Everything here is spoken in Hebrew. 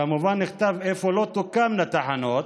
כמובן נכתב איפה לא תוקמנה תחנות,